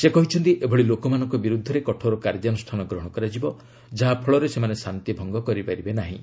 ସେ କହିଛନ୍ତି ଏଭଳି ଲୋକମାନଙ୍କ ବିରୁଦ୍ଧରେ କଠୋର କାର୍ଯ୍ୟାନୁଷ୍ଠାନ ଗ୍ରହଣ କରାଯିବ ଯାହାଫଳରେ ସେମାନେ ଶାନ୍ତି ଭଙ୍ଗ କରିପାରିବେ ନାହିଁ